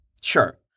Sure